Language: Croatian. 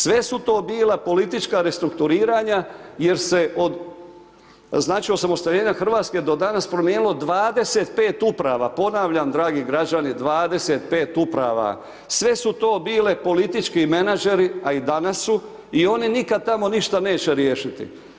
Sve su to bila politička restrukturiranja jer se od, znači, osamostaljenja RH do danas promijenilo 25 uprava, ponavljam dragi građani 25 uprava, sve su to bili politički menadžeri, a i danas su i oni nikad tamo ništa neće riješiti.